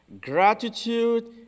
Gratitude